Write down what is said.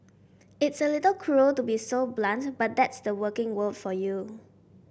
it's a little cruel to be so blunt but that's the working world for you